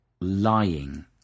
lying